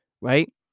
Right